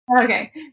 Okay